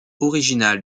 original